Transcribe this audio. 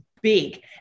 big